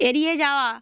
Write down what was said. এড়িয়ে যাওয়া